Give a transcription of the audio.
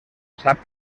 sap